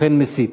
סוכן מסית.